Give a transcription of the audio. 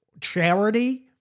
charity